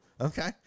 okay